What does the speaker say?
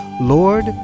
Lord